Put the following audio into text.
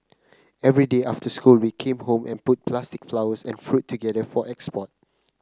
every day after school we came home and put plastic flowers and fruit together for export